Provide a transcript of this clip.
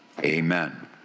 Amen